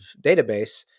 database